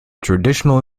traditional